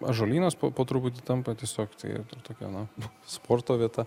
ąžuolynas po truputį tampa tiesiog tai tokia na sporto vieta